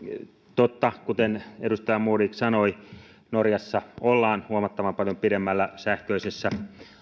totta kuten edustaja modig sanoi norjassa ollaan huomattavan paljon pidemmällä sähköisessä